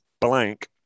blank